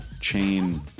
chain